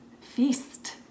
feast